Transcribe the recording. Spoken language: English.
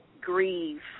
grieve